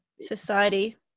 society